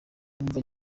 numva